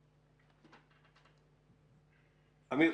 אמיר,